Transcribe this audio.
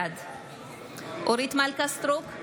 בעד אורית מלכה סטרוק,